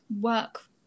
work